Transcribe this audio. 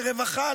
לרווחה,